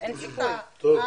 זה מה שנקרא כאילו.